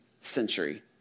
century